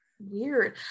Weird